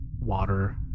water